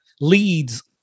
leads